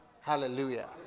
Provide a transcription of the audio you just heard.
Hallelujah